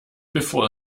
bevor